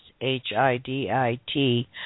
H-I-D-I-T